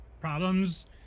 problems